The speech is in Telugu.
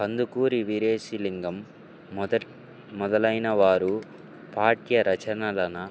కందుకూరి వీరేశ లింగం మొదటి మొదలైన వారు పాఠ్య రచనలను